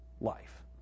life